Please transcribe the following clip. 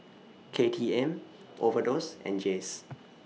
K T M Overdose and Jays